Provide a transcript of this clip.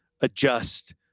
adjust